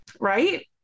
Right